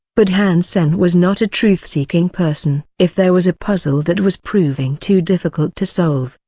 but han sen was not a truth-seeking person. if there was a puzzle that was proving too difficult to solve,